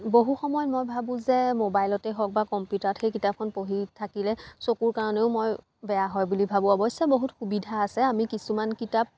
বহু সময়ত মই ভাবোঁ যে মোবাইলতে হওক বা কম্পিউটাৰত সেই কিতাপখন পঢ়ি থাকিলে চকুৰ কাৰণেও মই বেয়া হয় বুলি ভাবোঁ অৱশ্যে বহুত সুবিধা আছে আমি কিছুমান কিতাপ